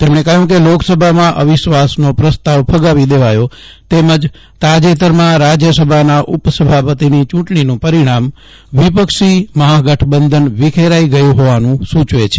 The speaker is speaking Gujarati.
તેમણે કહ્યું કે લોકસભામાં અવિશ્વાસનો પ્રસ્તાવ ફગાવી દેવાયો તેમજ તાજેતરમાં રાજ્યસભાના ઉપસભાપતિની ચૂંટણીનું પરિણામ વિપક્ષી મહાગઠબંધન વિખેરાઈ ગયું હોવાનું સૂચવે છે